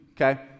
Okay